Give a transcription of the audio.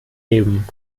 geben